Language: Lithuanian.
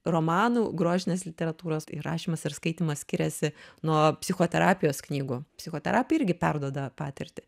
romanų grožinės literatūros ir rašymas ir skaitymas skiriasi nuo psichoterapijos knygų psichoterapija irgi perduoda patirtį